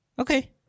Okay